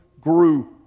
grew